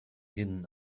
hidden